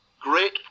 great